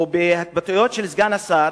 ובהתבטאויות של סגן השר